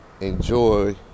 enjoy